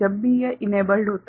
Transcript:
जब भी यह इनेबल्ड होता है